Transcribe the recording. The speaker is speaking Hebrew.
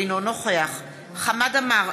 אינו נוכח חמד עמאר,